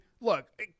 look